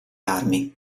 armi